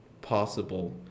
possible